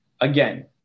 Again